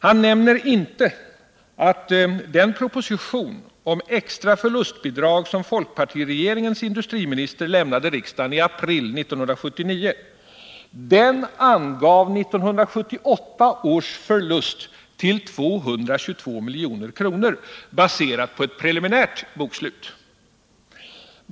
Han nämner inte att den proposition om extra förlustbidrag som folkpartiregeringen lämnade till riksdagen i april 1979 angav 1978 års förlust till 222 milj.kr., baserat på ett preliminärt bokslut.